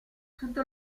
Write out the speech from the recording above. tutto